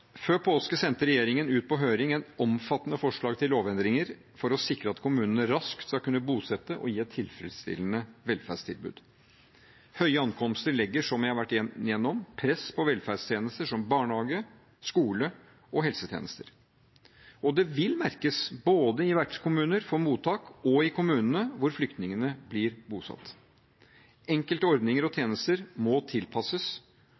Før påske sendte regjeringen ut på høring et omfattende forslag til lovendringer for å sikre at kommunene raskt skal kunne bosette og gi et tilfredsstillende velferdstilbud. Høye ankomster legger, som jeg har vært gjennom, press på velferdstjenester som barnehage, skole og helsetjenester. Det vil merkes, både i vertskommuner for mottak og i kommunene hvor flyktningene blir bosatt. Enkelte ordninger og tjenester må tilpasses.